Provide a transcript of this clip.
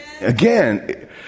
Again